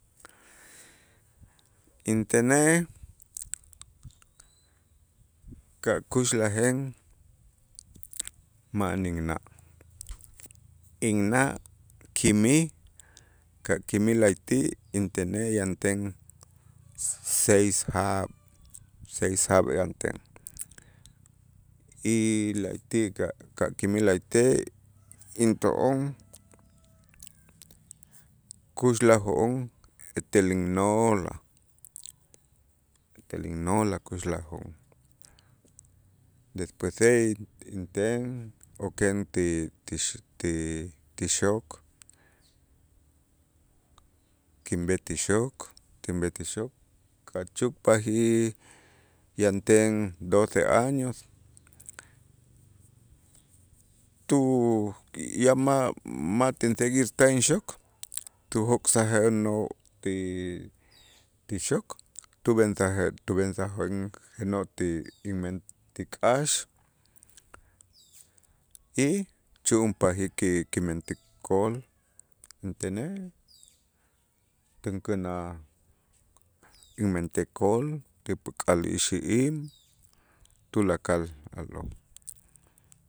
Intenej ka' kuxlajen manij inna', inna' kimij ka' kimij la'ayti' intenej yanten seis jaab', seis jaab' yanten y la'ayti' ka'-ka' kimil la'ayti' into'on kuxlajo'on etel innoolaj, etel innoolaj kuxlajoo', despuese inten oken ti x- ti ti xok kinb'etik xok, kinb'etik xok ka' chukpajij yanten doce años, tu ya ma' ma' tin seguir ten xok tujok'sajenoo' ti xok tub'ensaje tub'ensajenoo' ti inmen ti k'aax y chu'unpajij ki- kimentik kol intenej tunkänaj inmentik kol ti päk'al ixi'im tulakal a'lo'.